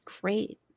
great